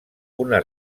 una